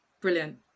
Brilliant